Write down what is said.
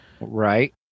Right